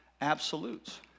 absolutes